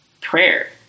prayer